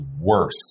worse